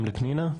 גם לפנינה.